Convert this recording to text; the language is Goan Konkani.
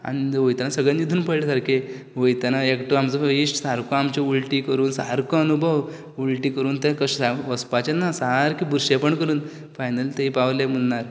आनी वयताना सगले न्हिदून पडलें सारकें वयताना एकटो आमचो इश्ट सारको आमच्या उल्टी कोरून सारको अनुभव उल्टी कोरून तें कशे बसपाचें ना सामकें बुरशेपणां कोरून फायनली थंय पावले मुन्नार